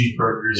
cheeseburgers